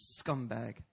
Scumbag